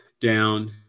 down